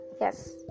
Yes